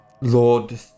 Lord